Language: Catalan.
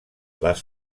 les